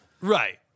Right